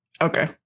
Okay